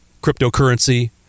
cryptocurrency